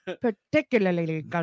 Particularly